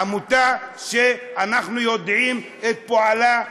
עמותה שאנחנו יודעים את פועלה,